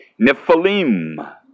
Nephilim